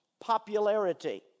popularity